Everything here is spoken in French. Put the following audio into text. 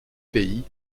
pays